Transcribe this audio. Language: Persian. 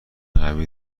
قوی